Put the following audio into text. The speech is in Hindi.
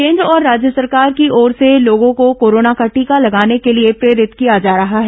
केन्द्र और राज्य सरकार की ओर से लोगों को कोरोना का टीका लगाने के लिए प्रेरित किया जा रहा है